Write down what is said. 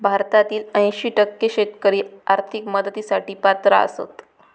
भारतातील ऐंशी टक्के शेतकरी आर्थिक मदतीसाठी पात्र आसत